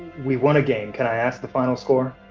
we won game, can i ask the final score?